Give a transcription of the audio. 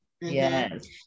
yes